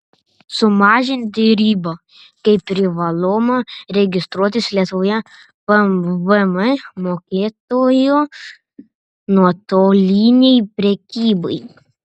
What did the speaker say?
sumažinti ribą kai privaloma registruotis lietuvoje pvm mokėtoju nuotolinei prekybai